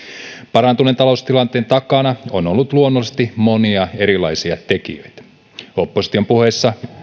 parantuneen taloustilanteen takana on ollut luonnollisesti monia erilaisia tekijöitä opposition puheissa